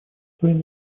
своим